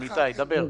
איתי, תדבר.